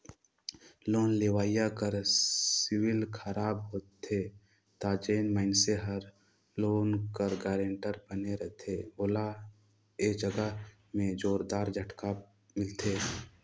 loan लेवइया कर सिविल खराब होथे ता जेन मइनसे हर लोन कर गारंटर बने रहथे ओला ए जगहा में जोरदार झटका मिलथे